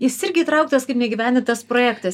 jis irgi įtrauktas kaip neįgyvendintas projektas